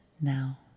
now